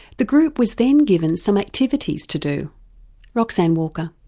the group was then given some activities to do roxanne walker.